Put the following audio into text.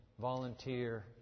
volunteer